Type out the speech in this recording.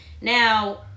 now